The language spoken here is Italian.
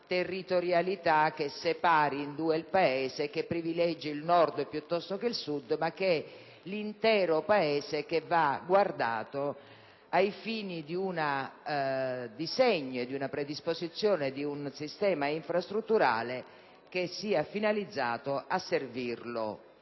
una territorialità che separi in due il Paese e che privilegi il Nord piuttosto che il Sud, ma che è l'intero Paese che va guardato ai fini di un disegno e di una predisposizione di un sistema infrastrutturale finalizzato a servirlo